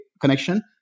connection